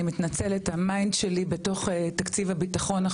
עכשיו ה-mind שלי בתוך תקציב הביטחון.